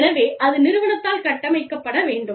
எனவே அது நிறுவனத்தால் கட்டமைக்கப்பட வேண்டும்